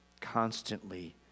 constantly